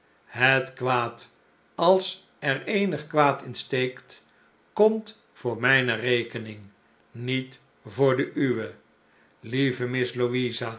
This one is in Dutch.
het kwaad als er eenig kwaad in steekt komt voor mijne rekening niet voor de uwe lieve miss